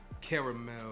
caramel